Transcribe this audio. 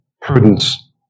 prudence